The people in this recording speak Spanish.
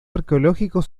arqueológicos